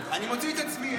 אני מוציא את עצמי.